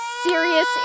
serious